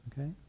okay